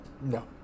No